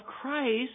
Christ